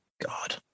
God